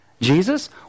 Jesus